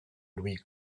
louis